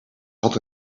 had